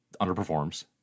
underperforms